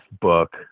book